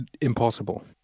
impossible